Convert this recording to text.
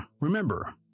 Remember